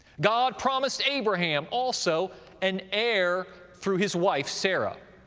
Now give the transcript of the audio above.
god promised abraham also an heir through his wife sarah.